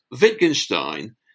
Wittgenstein